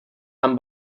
amb